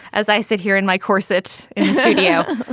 as i sit here in my corset in the studio,